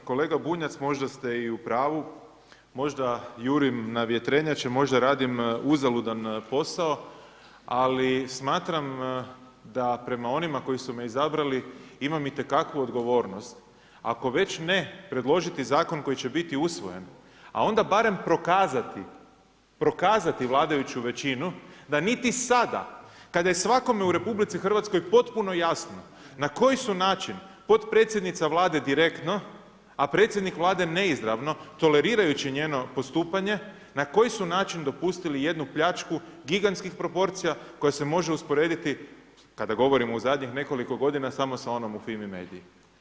Poštovani kolega Bunjac, možda ste i u pravu, možda jurim na vjetrenjače, možda radim uzaludan posao, ali smatram da prema onima koji su me izabrali imam itekakvu odgovornost, ako već ne predložiti zakon koji će biti usvojen, a onda barem prokazati vladajuću većinu da niti sada kada je svakome u RH potpuno jasno na koji su način potpredsjednica Vlade direktno, a predsjednik Vlade neizravno tolerirajući njeno postupanje na koji su način dopustili jednu pljačku gigantskih proporcija koja se može usporediti, kada govorimo u zadnjih nekoliko godina, samo sa onom u Fimi Mediji.